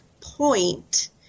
point